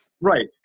right